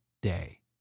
day